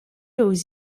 aux